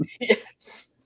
Yes